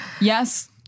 Yes